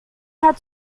had